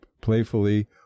playfully